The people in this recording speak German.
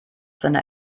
seine